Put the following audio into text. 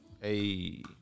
Hey